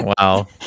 Wow